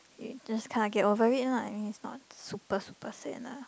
you just kind of get over it lah I mean is not super super sad lah